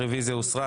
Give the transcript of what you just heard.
הרוויזיה הוסרה.